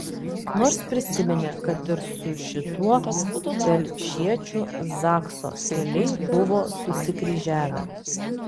nors prisiminė kad ir su šituo telšiečiu zakso keliai buvo susikryžiavę